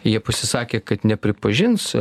jie pasisakė kad nepripažins